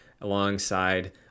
alongside